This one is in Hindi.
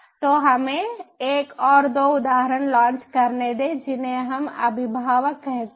तो हमें एक और 2 उदाहरण लॉन्च करने दें जिन्हें हम अभिभावक कहते हैं